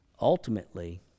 ultimately